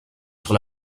sur